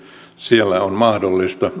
siellä on mahdollista